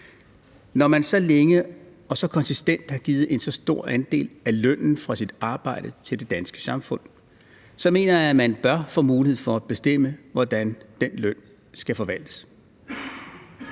Når man så længe og så konsistent har givet en så stor andel af lønnen fra sit arbejde til det danske samfund, mener jeg, at man bør få mulighed for at bestemme, hvordan den løn skal forvaltes.